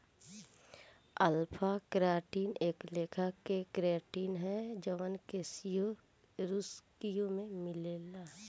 alpha keratin एक लेखा के केराटिन ह जवन कशेरुकियों में मिलेला